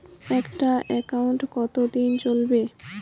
একটা একাউন্ট কতদিন চলিবে?